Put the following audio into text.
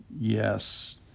yes